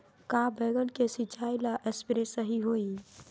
का बैगन के सिचाई ला सप्रे सही होई?